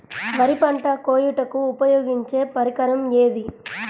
వరి పంట కోయుటకు ఉపయోగించే పరికరం ఏది?